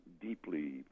deeply